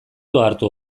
ohartu